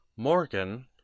Morgan